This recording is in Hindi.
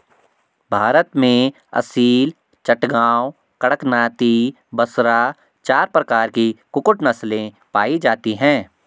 भारत में असील, चटगांव, कड़कनाथी, बसरा चार प्रकार की कुक्कुट नस्लें पाई जाती हैं